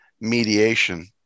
mediation